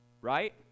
right